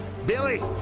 Billy